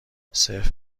سفت